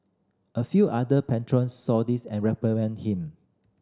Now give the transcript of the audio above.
a few other patrons saw this and reprimanded him